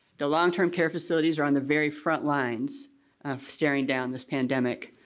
the long-term care facilities are on the very front lines staring down this pandemic.